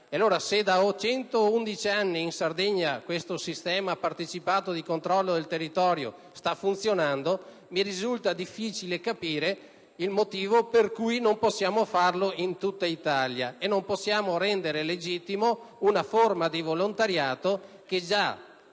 Sardegna. Se da 111 anni in Sardegna questo sistema partecipato di controllo del territorio sta funzionando, mi risulta difficile capire il motivo per cui non possiamo farlo in tutta Italia e non possiamo rendere legittima una forma di volontariato che già